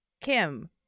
Kim